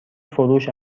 فروش